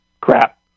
crap